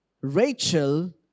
Rachel